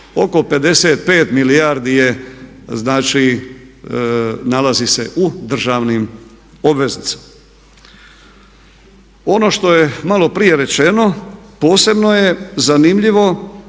oko 55 milijardi je znači nalazi se u državnim obveznicama. Ono što je malo prije rečeno posebno je zanimljivo